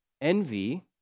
Envy